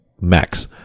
max